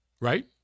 Right